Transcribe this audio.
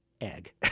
egg